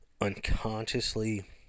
unconsciously